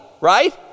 right